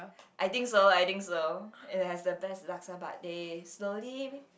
I think so I think so it has the best laksa but they slowly